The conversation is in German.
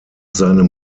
seinem